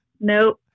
Nope